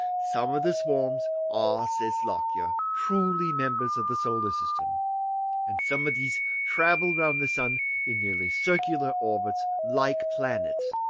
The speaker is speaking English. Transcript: some of the swarms are says lockyer, truly members of the solar system and some of these travel round the sun in nearly circular orbits, like planets.